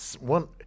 one